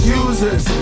users